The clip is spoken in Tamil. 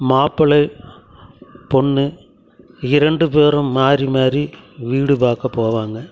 மாப்பிள்ளை பொண்ணு இரண்டு பேரும் மாதிரி மாதிரி வீடு பார்க்க போவாங்க